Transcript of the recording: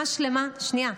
אבל אני לא צריך --- רגע,